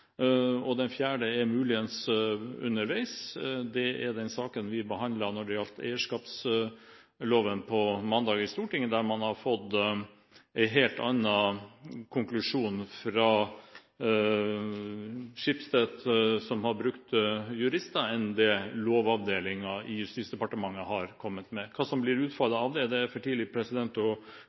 og den fjerde er muligens underveis. Det er den saken vi behandlet om medieeierskapsloven i Stortinget på mandag, der man har fått en helt annen konklusjon fra Schibsted, som har brukt jurister, enn det Lovavdelingen i Justisdepartementet har kommet til. Hva som blir utfallet av det, er det for tidlig